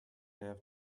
have